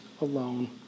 alone